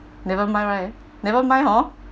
never mind right never mind hor